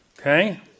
Okay